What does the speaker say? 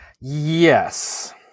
Yes